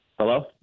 Hello